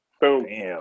Boom